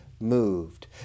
moved